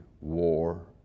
war